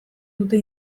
dute